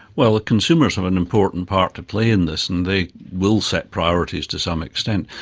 well, ah consumers have an important part to play in this and they will set priorities to some extent.